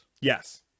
Yes